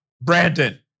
Brandon